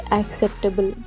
acceptable